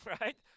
Right